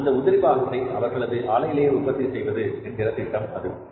அந்த உதிரி பாகத்தை அவர்களது ஆலையிலேயே உற்பத்தி செய்வது என்கிற திட்டம் இருக்கிறது